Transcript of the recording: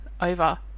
over